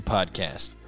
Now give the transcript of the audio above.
Podcast